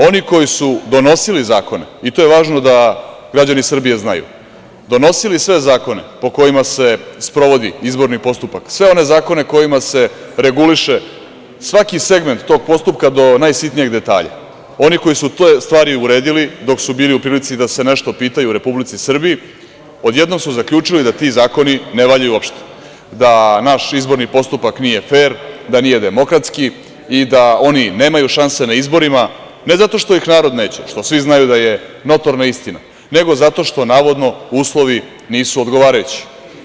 Oni koji su donosili zakone, i to je važno da građani Srbije znaju, donosili sve zakone po kojima se sprovodi izborni postupak, sve one zakone kojima se reguliše svaki segment tog postupka do najsitnijeg detalja, oni koji su te stvari uredili dok su bili u prilici da se nešto pitaju u Republici Srbiji, odjednom su zaključili da ti zakoni ne valjaju uopšte, da naš izborni postupak nije fer, da nije demokratski i da oni nemaju šanse na izborima, ne zato što ih narod neće, što svi znaju da je notorna istina, nego zato što navodno uslovi nisu odgovarajući.